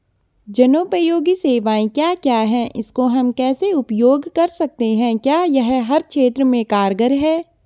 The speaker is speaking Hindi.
जनोपयोगी सेवाएं क्या क्या हैं इसको हम कैसे उपयोग कर सकते हैं क्या यह हर क्षेत्र में कारगर है?